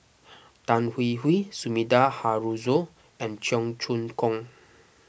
Tan Hwee Hwee Sumida Haruzo and Cheong Choong Kong